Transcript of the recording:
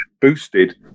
boosted